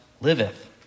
liveth